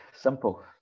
simple